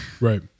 right